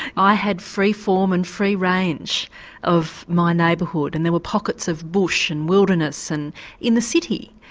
i had free form and free range of my neighbourhood, and there were pockets of bush and wilderness and in the city.